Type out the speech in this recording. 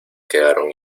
quedaron